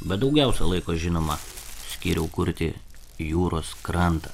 bet daugiausiai laiko žinoma skyriau kurti jūros krantą